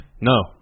No